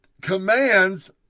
commands